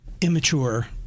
immature